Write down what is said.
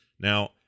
now